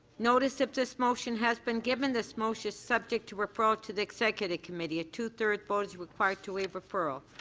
notice of this motion has been given. this motion is subject to referral to the executive committee. a two thirds vote is required to waive referral.